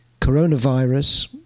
coronavirus